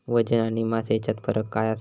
वजन आणि मास हेच्यात फरक काय आसा?